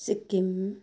Sikkim